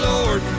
Lord